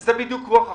זה בדיוק רוח החוק.